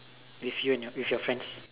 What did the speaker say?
with you and your with your friends